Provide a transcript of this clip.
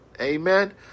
Amen